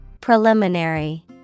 Preliminary